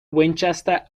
winchester